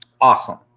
awesome